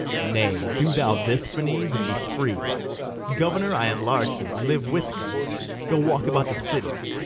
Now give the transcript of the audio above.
nay, do thou this, ferneze, and be free governor, i enlarge thee live with me go walk about the city,